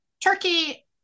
Turkey